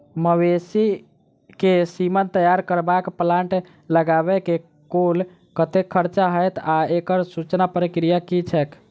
मवेसी केँ सीमन तैयार करबाक प्लांट लगाबै मे कुल कतेक खर्चा हएत आ एकड़ समूचा प्रक्रिया की छैक?